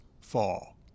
fall